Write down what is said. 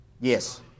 Yes